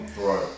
Right